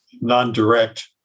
non-direct